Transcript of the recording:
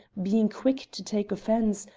being quick to take offense,